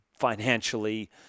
financially